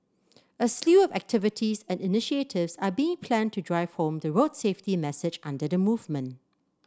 a slew of activities and initiatives are being planned to drive home the road safety message under the movement